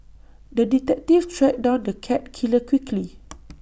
the detective tracked down the cat killer quickly